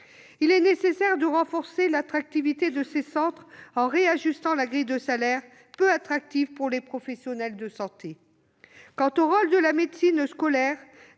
Il est nécessaire de renforcer l'attractivité de ces centres, en réajustant la grille de salaire, peu attractive pour les professionnels de santé. Quant au rôle de la médecine scolaire